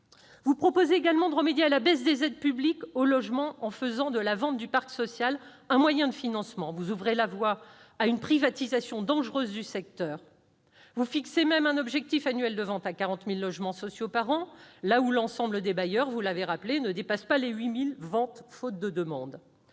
Vous proposez également de remédier à la baisse des aides publiques au logement en faisant de la vente du parc social un moyen de financement. Vous ouvrez ainsi la voie à une privatisation dangereuse du secteur. Vous fixez même un objectif annuel de vente de 40 000 logements sociaux par an, alors même que- vous l'avez rappelé -l'ensemble des bailleurs réunis ne dépassent